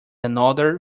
another